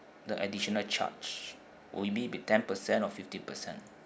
the additional charge would it be ten percent or fifteen percent